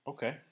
Okay